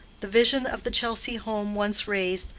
the vision of the chelsea home once raised,